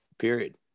period